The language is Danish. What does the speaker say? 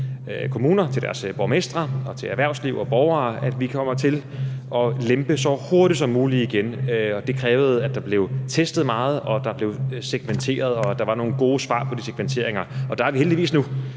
kommuner, til deres borgmestre og til erhvervsliv og borgere, at vi kommer til at lempe så hurtigt som muligt igen, og det krævede, at der blev testet meget, og at der blev segmenteret, og at der var nogle gode svar på de segmenteringer. Og der er vi heldigvis nu,